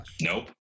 nope